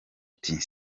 ati